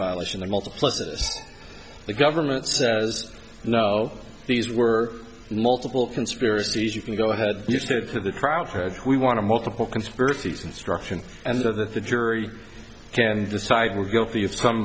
violation of multiplicity the government says no these were multiple conspiracies you can go ahead you said to the crowd we want to multiple conspiracies instruction and that the jury can decide we're guilty of some